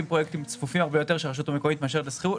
פרויקטים צפופים הרבה יותר שהרשות המקומית מאשר לשכירות,